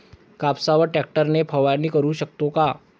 कापसावर ट्रॅक्टर ने फवारणी करु शकतो का?